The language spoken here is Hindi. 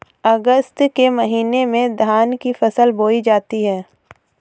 अगस्त के महीने में धान की फसल बोई जाती हैं